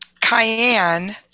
Cayenne